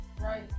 Right